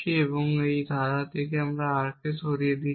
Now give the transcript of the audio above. আমি এই ধারা থেকে R সরিয়ে দিচ্ছি